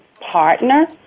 partner